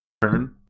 turn